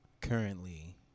currently